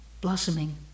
blossoming